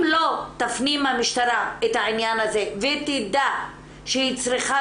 אם לא תפנים המשטרה את העניין הזה ותדע שהיא צריכה